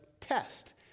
test